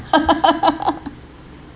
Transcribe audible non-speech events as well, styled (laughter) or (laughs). (laughs)